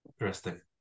Interesting